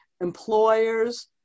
employers